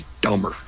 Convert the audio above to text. dumber